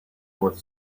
with